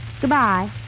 Goodbye